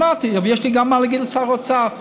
שמעתי, אבל יש גם מה להגיד לשר האוצר.